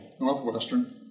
Northwestern